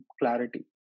clarity